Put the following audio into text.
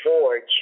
forge